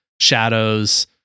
shadows